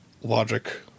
logic